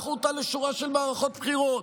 לקחו אותה לשורה של מערכות בחירות,